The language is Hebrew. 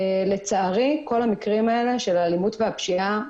לצערי כל המקרים האלה של אלימות ופשיעה,